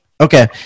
Okay